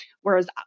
whereas